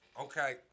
Okay